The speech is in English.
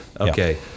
Okay